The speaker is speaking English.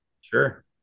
Sure